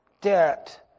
debt